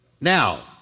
Now